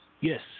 yes